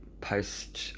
post